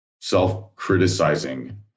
self-criticizing